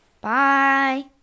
Bye